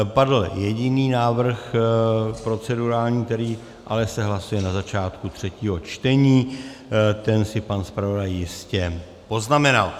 Padl jediný procedurální návrh, který se ale hlasuje na začátku třetího čtení, ten si pan zpravodaj jistě poznamenal.